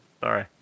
Sorry